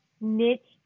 niche